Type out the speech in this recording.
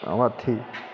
આવાથી